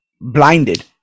blinded